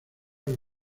york